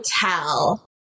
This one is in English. Hotel